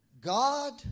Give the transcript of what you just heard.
God